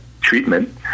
treatment